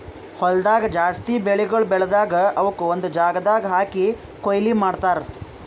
ಹೊಲ್ದಾಗ್ ಜಾಸ್ತಿ ಬೆಳಿಗೊಳ್ ಬೆಳದಾಗ್ ಅವುಕ್ ಒಂದು ಜಾಗದಾಗ್ ಹಾಕಿ ಕೊಯ್ಲಿ ಮಾಡ್ತಾರ್